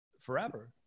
forever